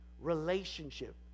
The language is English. relationship